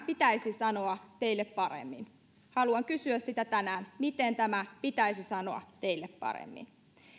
pitäisi sanoa teille paremmin haluan kysyä sitä tänään miten tämä pitäisi sanoa teille paremmin